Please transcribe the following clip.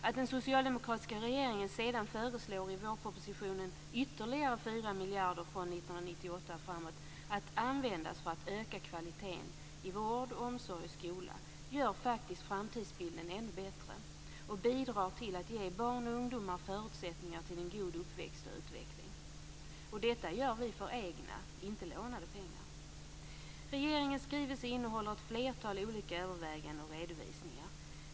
Att den socialdemokratiska regeringen sedan i vårpropositionen föreslår ytterligare 4 miljarder från 1998 och framåt att användas för att öka kvaliteten i vård, omsorg och skola gör faktiskt framtidsbilden ännu bättre och bidrar till att ge barn och ungdomar förutsättningar för en god uppväxt och utveckling. Och detta gör vi för egna, inte lånade, pengar. Regeringens skrivelse innehåller ett flertal olika överväganden och redovisningar.